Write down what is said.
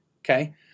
Okay